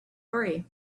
three